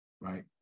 right